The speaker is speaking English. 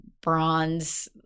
bronze